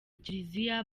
kiliziya